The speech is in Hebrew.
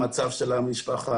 המצב של המשפחה,